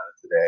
today